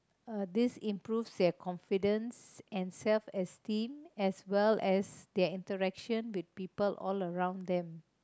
uh this improves their confidence and self esteem as well as the interaction with people all around them